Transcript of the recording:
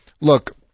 Look